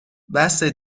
بسه